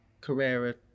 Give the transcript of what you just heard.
Carrera